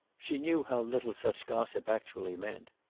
she knew how little such gossip actually meant.